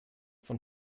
von